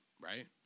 right